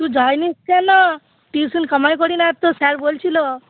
তুই যাইনি কেন টিউশন কামাই করি না তো স্যার বলছিলো